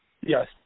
Yes